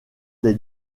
des